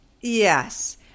Yes